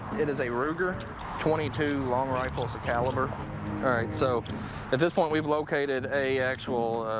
it is a ruger twenty two long rifle. it's a caliber. all right, so at this point we've located a actual,